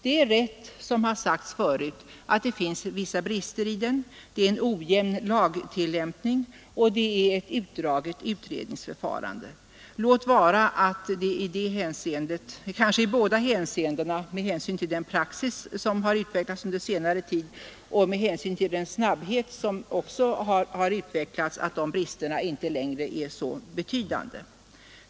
Det är rätt, som det har sagts förut, att det finns vissa brister i den, det är en ojämn lagtillämpning, och det är ett utdraget utredningsförfarande — låt vara att de bristerna med hänsyn till den praxis som har utvecklats under senare år och med hänsyn till den ökade snabbheten i förfarandet inte längre är så betydande.